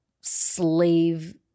slave